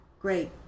Great